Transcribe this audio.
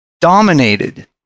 dominated